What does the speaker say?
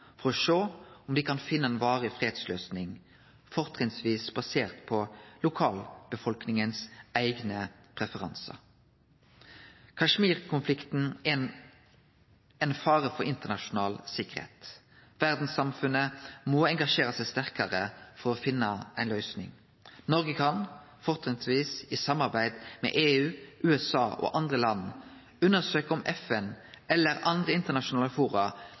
for å sjå om dei kan finne ei varig fredsløysing, fortrinnsvis basert på preferansane til lokalbefolkninga? Kashmir-konflikten er ein fare for internasjonal sikkerheit. Verdssamfunnet må engasjere seg sterkare for å finne ei løysing. Noreg kan – fortrinnsvis i samarbeid med EU, USA og andre land – undersøkje om FN eller andre internasjonale